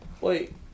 Wait